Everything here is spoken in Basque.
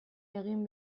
egin